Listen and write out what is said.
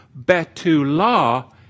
Betula